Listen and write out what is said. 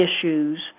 issues